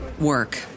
work